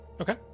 Okay